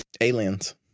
aliens